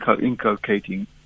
inculcating